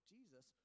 Jesus